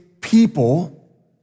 people